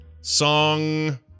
Song